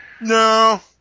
no